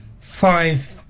five